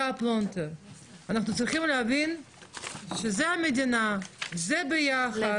אנחנו צריכים להבין שזו המדינה, זה ביחד.